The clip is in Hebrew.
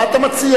מה אתה מציע?